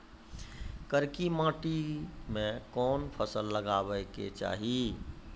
करकी माटी मे कोन फ़सल लगाबै के चाही?